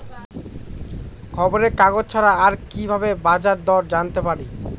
খবরের কাগজ ছাড়া আর কি ভাবে বাজার দর জানতে পারি?